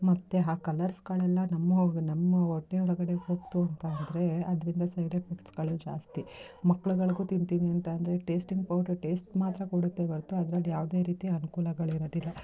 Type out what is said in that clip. ಮತ್ತು ಆ ಕಲರ್ಸ್ಗಳೆಲ್ಲ ನಮ್ಮ ಒಳಗೆ ನಮ್ಮ ಹೊಟ್ಟೆ ಒಳಗಡೆ ಹೋಯ್ತು ಅಂತಂದ್ರೆ ಅದರಿಂದ ಸೈಡ್ ಎಫೆಕ್ಟ್ಸ್ಗಳು ಜಾಸ್ತಿ ಮಕ್ಳುಗಳ್ಗೂ ತಿನ್ನಿ ತಿನ್ನಿ ಅಂತ ಅಂದ್ರೆ ಟೇಸ್ಟಿಂಗ್ ಪೌಡ್ರು ಟೇಸ್ಟ್ ಮಾತ್ರ ಕೊಡುತ್ತೆ ಹೊರ್ತು ಅದ್ರಲ್ಲಿ ಯಾವುದೇ ರೀತಿ ಅನ್ಕೂಲಗಳು ಇರೋದಿಲ್ಲ